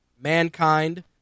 Mankind